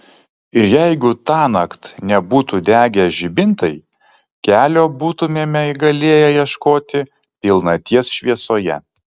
ir jeigu tąnakt nebūtų degę žibintai kelio būtumėme galėję ieškoti pilnaties šviesoje